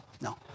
No